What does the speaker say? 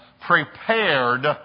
prepared